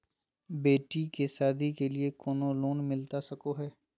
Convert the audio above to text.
बेटी के सादी के लिए कोनो लोन मिलता सको है?